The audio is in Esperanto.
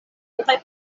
multaj